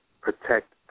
protect